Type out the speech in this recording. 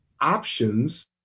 options